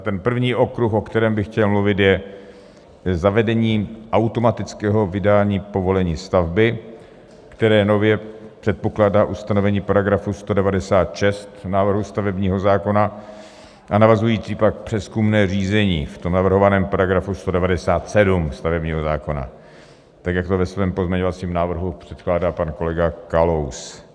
Ten první okruh, o kterém bych chtěl mluvit, je zavedení automatického vydání povolení stavby, které nově předpokládá ustanovení § 196 návrhu stavebního zákona, a navazující pak přezkumné řízení v navrhovaném § 197 stavebního zákona tak, jak to ve svém pozměňovacím návrhu předkládá pan kolega Kalous.